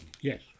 Yes